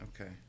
Okay